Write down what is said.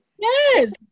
yes